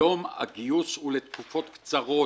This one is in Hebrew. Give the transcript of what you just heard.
הגיוס הוא לתקופות קצרות.